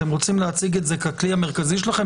אתם רוצים להציג את זה ככלי המרכזי שלכם,